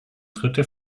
dritte